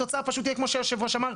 התוצאה פשוט תהיה כמו שיושב הראש אמר,